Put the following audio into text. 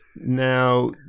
Now